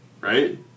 right